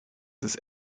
ist